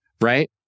right